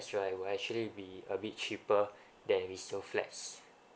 right will actually be a bit cheaper than resale flats